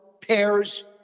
pairs